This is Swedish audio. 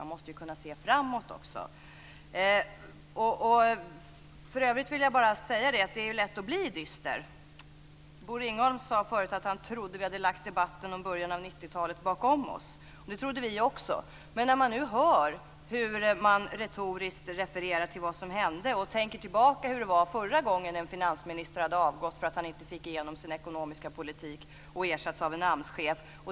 Man måste ju kunna se framåt också. För övrigt vill jag bara säga att det är lätt att bli dyster. Bosse Ringholm sade förut att han trodde att vi hade lagt debatten om början av 1990-talet bakom oss. Det trodde vi också, men nu hör vi hur man retoriskt refererar till vad som hände och tänker tillbaka på hur det var förra gången en finansminister avgick för att han inte fick igenom sin ekonomiska politik och ersattes av en AMS-chef.